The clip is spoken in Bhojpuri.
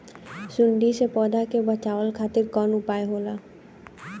सुंडी से पौधा के बचावल खातिर कौन उपाय होला?